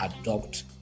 adopt